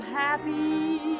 happy